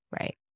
Right